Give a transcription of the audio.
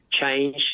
change